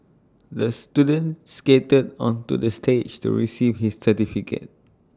the student skated onto the stage to receive his certificate